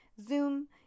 zoom